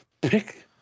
pick